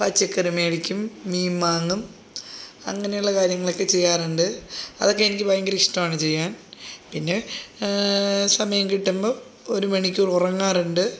പച്ചക്കറി മേടിക്കും മീൻ വാങ്ങും അങ്ങനെയുള്ള കാര്യങ്ങളൊക്കെ ചെയ്യാറുണ്ട് അതൊക്കെ എനിക്ക് ഭയങ്കര ഇഷ്ടമാണ് ചെയ്യാൻ പിന്നെ സമയം കിട്ടുമ്പോൾ ഒരു മണിക്കൂർ ഉറങ്ങാറുണ്ട്